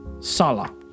Sala